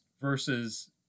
versus